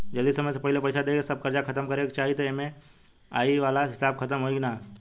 जदी समय से पहिले पईसा देके सब कर्जा खतम करे के चाही त ई.एम.आई वाला हिसाब खतम होइकी ना?